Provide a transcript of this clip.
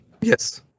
yes